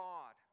God